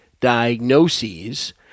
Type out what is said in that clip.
diagnoses